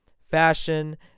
fashion